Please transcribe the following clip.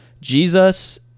Jesus